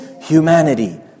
humanity